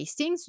tastings